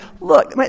Look